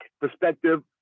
perspective